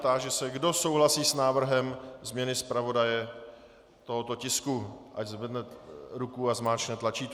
Táži se, kdo souhlasí s návrhem změny zpravodaje tohoto tisku, ať zvedne ruku a zmáčkne tlačítko.